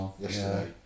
yesterday